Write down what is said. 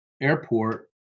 airport